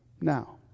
Now